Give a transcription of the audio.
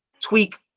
tweak